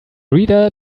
reader